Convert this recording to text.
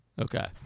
Okay